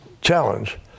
challenge